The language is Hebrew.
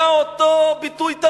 היה אותו ביטוי תמים: